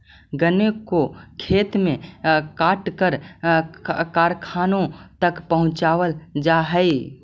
गन्ने को खेत से काटकर कारखानों तक पहुंचावल जा हई